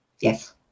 Yes